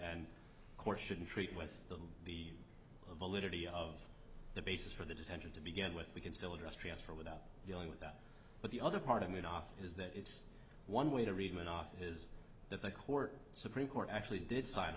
and court shouldn't treat with them the validity of the basis for the detention to begin with we can still just transfer without dealing with that but the other part of me off is that it's one way to read one off is that the court supreme court actually did sign